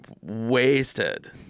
wasted